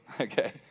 okay